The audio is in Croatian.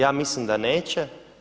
Ja mislim da neće.